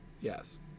Yes